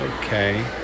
Okay